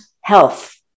health